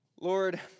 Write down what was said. Lord